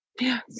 Yes